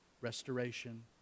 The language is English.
restoration